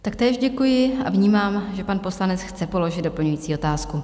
Taktéž děkuji a vnímám, že pan poslanec chce položit doplňující otázku.